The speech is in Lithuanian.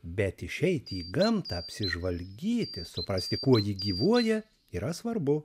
bet išeiti į gamtą apsižvalgyti suprasti kuo ji gyvuoja yra svarbu